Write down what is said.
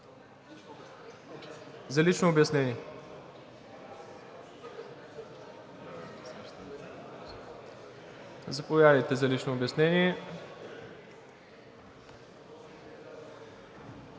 За лично обяснение? Заповядайте, за лично обяснение.